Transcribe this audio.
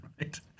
Right